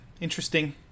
Interesting